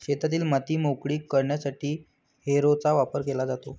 शेतातील माती मोकळी करण्यासाठी हॅरोचा वापर केला जातो